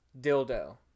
dildo